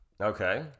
Okay